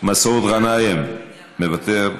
מוותר,